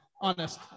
Honest